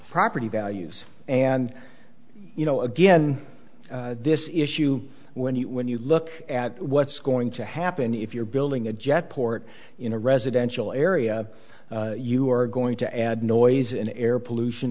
property values and you know again this issue when you when you look at what's going to happen if you're building a jet port in a residential area you are going to add new ois an air pollution